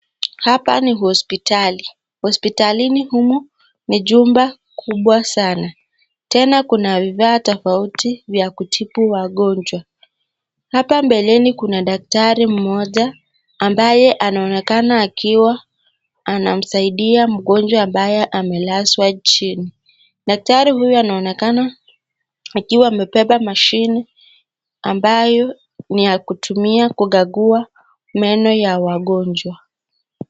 Hapa ni hospitali. Hospitalini humu ni jumba kubwa sana. Tena kuna vifaa tofauti vya kutibu wagonjwa. Hapa mbeleni kuna daktari mmoja ambaye anaonekana akiwa anamsaidia mgonjwa ambaye amelazwa chini. Daktari huyu anaonekana akiwa amebeba mashini ambayo ni ya kutumia kukagua meno ya wagonjwa.